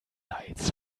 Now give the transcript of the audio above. lights